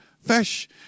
fish